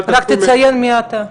רק תציין מי אתה.